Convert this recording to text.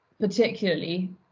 particularly